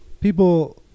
People